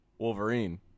Wolverine